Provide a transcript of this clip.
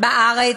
בארץ,